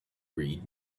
read